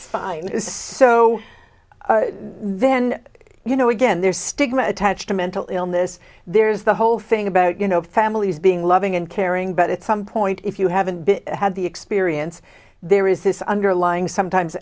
so then you know again there's stigma attached to mental illness there's the whole thing about you know families being loving and caring but at some point if you haven't had the experience there is this underlying sometimes